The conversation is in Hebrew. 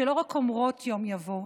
שלא רק אומרות "יום יבוא",